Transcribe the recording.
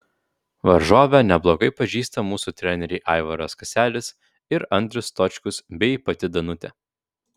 varžovę neblogai pažįsta mūsų treneriai aivaras kaselis ir andrius stočkus bei pati danutė